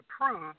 approved